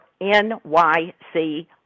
NYC